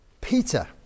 Peter